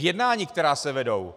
Jednání, která se vedou.